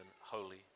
holy